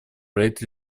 проект